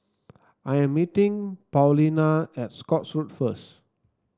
I am meeting Paulina at Scotts Road first